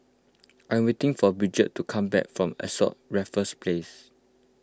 I am waiting for Bridgette to come back from Ascott Raffles Place